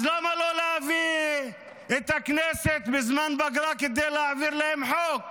אז למה לא להביא את הכנסת בזמן פגרה כדי להעביר להם חוק?